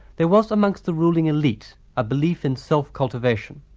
there was, among the ruling elite, a belief in self-cultivation.